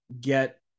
get